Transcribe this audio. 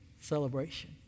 Celebration